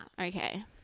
Okay